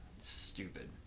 stupid